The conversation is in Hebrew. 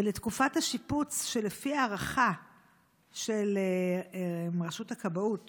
ולתקופת השיפוץ, שלפי הערכה של רשות הכבאות